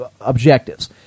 objectives